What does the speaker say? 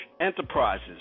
Enterprises